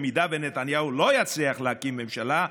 אם נתניהו לא יצליח להקים ממשלה,